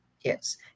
Yes